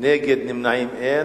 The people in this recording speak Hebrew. נגד ונמנעים, אין.